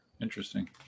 Interesting